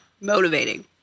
Motivating